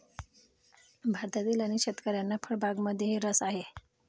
भारतातील अनेक शेतकऱ्यांना फळबागांमध्येही रस आहे